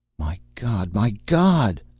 my god! my god!